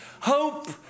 hope